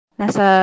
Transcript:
nasa